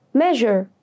measure